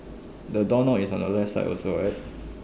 the door knob is on the left side also right